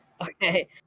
Okay